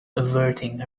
averting